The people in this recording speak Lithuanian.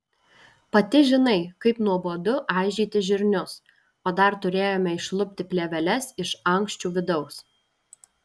pati žinai kaip nuobodu aižyti žirnius o dar turėjome išlupti plėveles iš ankščių vidaus